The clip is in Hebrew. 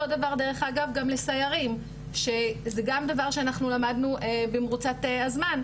אותו דבר דרך אגב גם לסיירים שזה גם דבר שאנחנו למדנו במרוצת הזמן,